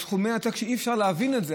סכומי עתק, אי-אפשר להבין את זה.